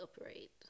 operate